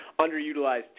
underutilized